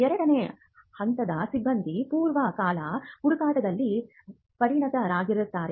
2 ನೇ ಹಂತದ ಸಿಬ್ಬಂದಿ ಪೂರ್ವ ಕಲಾ ಹುಡುಕಾಟದಲ್ಲಿ ಪರಿಣತರಾಗಿದ್ದಾರೆ